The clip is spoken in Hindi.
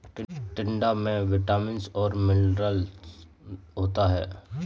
टिंडा में विटामिन्स और मिनरल्स होता है